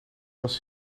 was